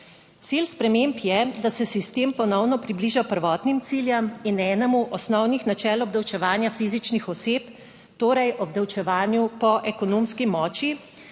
Cilj sprememb je, da se sistem ponovno približa prvotnim ciljem in enemu osnovnih načel obdavčevanja fizičnih oseb, torej obdavčevanju po ekonomski moči,